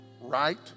right